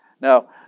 now